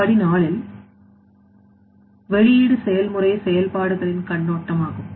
படி4 என் வெளியீடு செயல்முறை செயல்பாடுகளின் கண்ணோட்டமாகும்